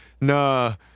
nah